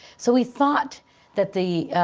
so we thought that the